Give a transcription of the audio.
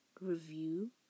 review